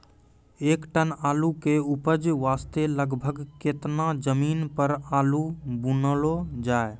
एक टन आलू के उपज वास्ते लगभग केतना जमीन पर आलू बुनलो जाय?